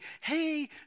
hey